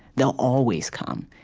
they'll always come.